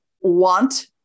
want